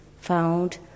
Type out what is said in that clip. found